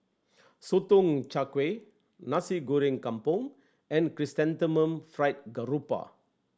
Sotong Char Kway Nasi Goreng Kampung and Chrysanthemum Fried Garoupa